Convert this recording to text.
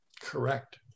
Correct